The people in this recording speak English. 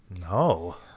No